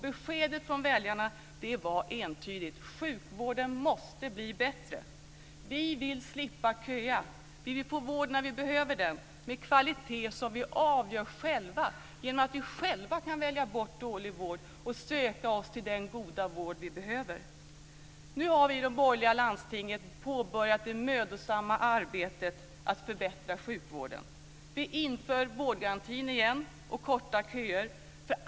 Beskedet från väljarna var entydigt: Sjukvården måste bli bättre. Vi vill slippa köa. Vi vill få vård när vi behöver den och med den kvalitet som vi själva avgör genom att vi själva kan välja bort dålig vård och söka oss till den goda vård vi behöver. Nu har vi i de borgerligt styrda landstingen påbörjat det mödosamma arbetet att förbättra sjukvården. Vi inför vårdgarantin igen och kortar köer.